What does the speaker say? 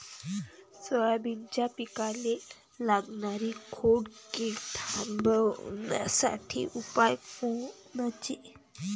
सोयाबीनच्या पिकाले लागनारी खोड किड थांबवासाठी उपाय कोनचे?